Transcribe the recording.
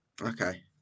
Okay